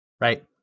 right